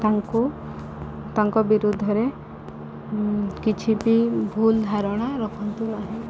ତାଙ୍କୁ ତାଙ୍କ ବିରୁଦ୍ଧରେ କିଛି ବି ଭୁଲ୍ ଧାରଣା ରଖନ୍ତୁ ନାହିଁ